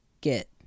get